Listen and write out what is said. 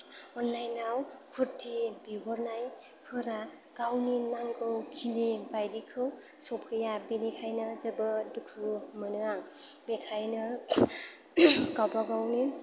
अनलाइनआव कुर्टि बिहरनायफोरा गावनि नांगौखिनि बायदिखौ सफैया बेनिखायनो जोबोद दुखु मोनो आं बेखायनो गावबा गावनि